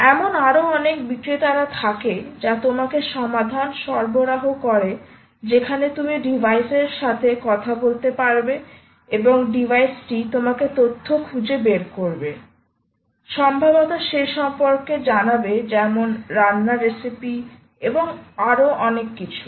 এমন আরও অনেক বিক্রেতারা থাকে যা তোমাকে সমাধান সরবরাহ করে যেখানে তুমি ডিভাইসের সাথে কথা বলতে পারবে এবং ডিভাইসটি তোমাকেতথ্য খুঁজে বের করবে সম্ভবত সে সম্পর্কে জানাবেযেমন রান্না রেসিপি এবং আরও আরো কিছু